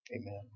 Amen